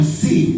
see